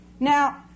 Now